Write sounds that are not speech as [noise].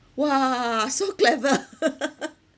!wah! so clever [laughs]